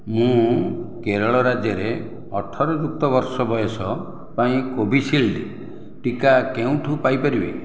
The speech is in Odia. ମୁଁ କେରଳ ରାଜ୍ୟରେ ଅଠର ଯୁକ୍ତ ବର୍ଷ ବୟସ ପାଇଁ କୋଭିଶିଲ୍ଡ୍ ଟିକା କେଉଁଠୁ ପାଇ ପାରିବି